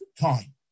time